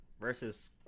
versus